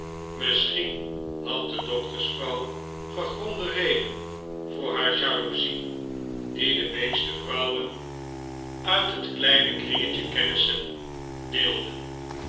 misschien had de doktersvrouw gegronde redenen voor haar jaloezie die de meeste vrouwen uit het kleine kringetje kennissen deelden